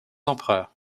empereurs